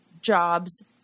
jobs